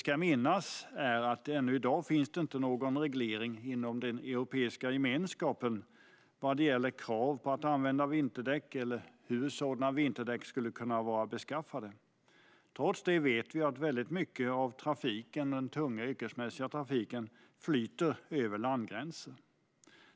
Ännu i dag finns ingen reglering inom Europeiska unionen vad gäller krav på att använda vinterdäck eller hur sådana vinterdäck ska vara beskaffade, trots att vi vet att mycket av den tunga yrkesmässiga trafiken flyter över landsgränser.